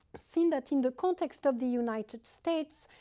seen that in the context of the united states,